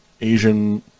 Asian